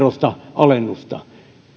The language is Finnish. alennusta